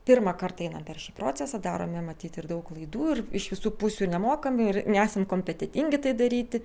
pirmą kartą einam per šį procesą darome matyt ir daug klaidų ir iš visų pusių nemokam ir nesam kompetetingi tai daryti